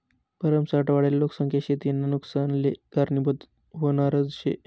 भरमसाठ वाढेल लोकसंख्या शेतीना नुकसानले कारनीभूत व्हनारज शे